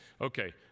Okay